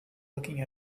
looking